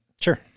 Sure